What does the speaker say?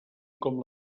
com